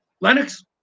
Lennox